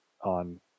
on